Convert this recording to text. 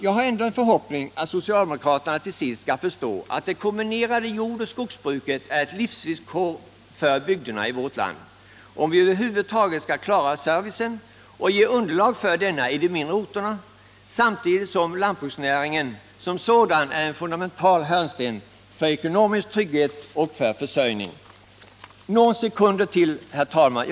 Jag har ändå en förhoppning att socialdemokraterna till sist skall förstå att det kombinerade jordoch skogsbruket är ett livsvillkor för bygderna i vårt land, om vi över huvud taget skall klara servicen och ge underlag för denna i de mindre tätorterna. Samtidigt som lantbruksnäringen som sådan är en fundamental hörnsten för ekonomiska trygghet och försörjning. Några sekunder till, herr talman.